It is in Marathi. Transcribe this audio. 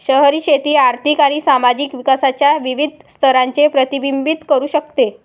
शहरी शेती आर्थिक आणि सामाजिक विकासाच्या विविध स्तरांचे प्रतिबिंबित करू शकते